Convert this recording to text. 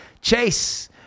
chase